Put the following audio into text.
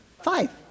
Five